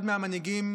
אחד מהמנהיגים